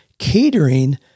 catering